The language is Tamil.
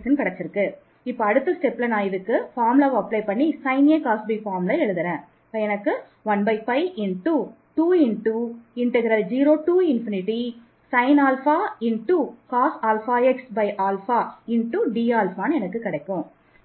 0 ஆக இருக்கும்